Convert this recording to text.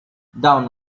down